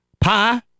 pie